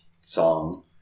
song